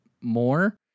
more